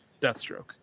Deathstroke